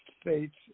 states